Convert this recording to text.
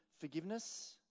forgiveness